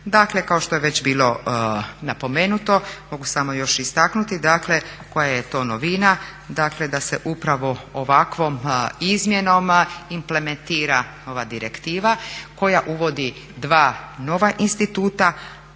Dakle kao što je već bilo napomenuto, mogu samo još istaknuti koja je to novina, dakle da se upravo ovakvim izmjenama implementira ova direktiva koja uvodi dva nova instituta